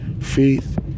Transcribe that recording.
Faith